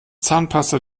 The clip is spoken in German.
zahnpasta